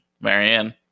Marianne